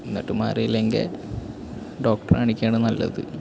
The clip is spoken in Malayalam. എന്നിട്ടും മാറിയില്ലെങ്കിൽ ഡോക്ടറെ കാണിയ്ക്കുകയാണ് നല്ലത്